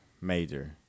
major